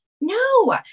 No